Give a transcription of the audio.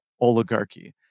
oligarchy